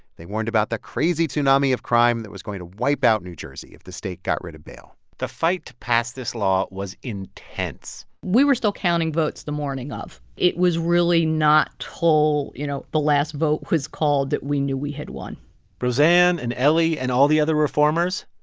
they warned about the crazy tsunami of crime that was going to wipe out new jersey if the state got rid of bail the fight to pass this law was intense we were still counting votes the morning of. it was really not till, you know, the last vote was called that we knew we had won roseanne and elie and all the other reformers,